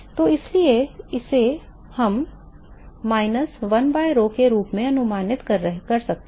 तो इसलिए हम इसे minus 1 by rho के रूप में अनुमानित कर सकते हैं